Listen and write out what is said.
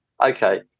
Okay